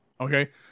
Okay